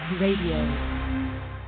Radio